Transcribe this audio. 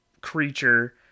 creature